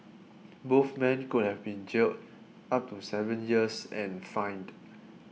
both men could have been jailed up to seven years and fined